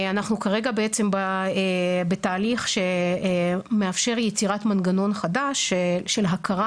אנחנו כרגע בעצם בתהליך שמאפשר יצירת מנגנון חדש של הכרה